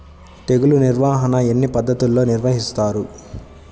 తెగులు నిర్వాహణ ఎన్ని పద్ధతుల్లో నిర్వహిస్తారు?